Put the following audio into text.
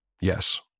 yes